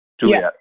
Juliet